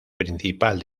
principal